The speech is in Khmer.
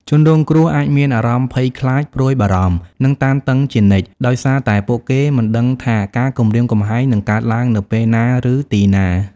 ជនរងគ្រោះអាចមានអារម្មណ៍ ភ័យខ្លាច ព្រួយបារម្ភ និង តានតឹងជានិច្ច ដោយសារតែពួកគេមិនដឹងថាការគំរាមកំហែងនឹងកើតឡើងនៅពេលណា ឬទីណា។